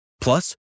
Plus